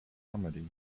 comedy